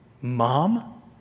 mom